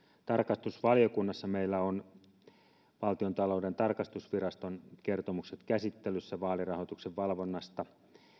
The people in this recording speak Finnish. tarkastusvaliokunnassa meillä ovat käsittelyssä valtiontalouden tarkastusviraston kertomukset vaalirahoituksen valvonnasta